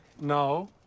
No